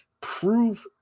Prove